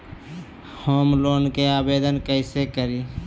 Home loan के आवेदन कैसे करि?